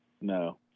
No